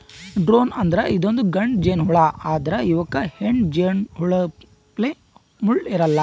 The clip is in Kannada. ಡ್ರೋನ್ ಅಂದ್ರ ಇದೊಂದ್ ಗಂಡ ಜೇನಹುಳಾ ಆದ್ರ್ ಇವಕ್ಕ್ ಹೆಣ್ಣ್ ಜೇನಹುಳಪ್ಲೆ ಮುಳ್ಳ್ ಇರಲ್ಲಾ